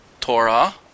Torah